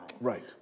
right